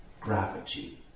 gravity